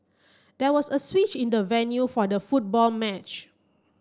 there was a switch in the venue for the football match